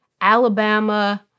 Alabama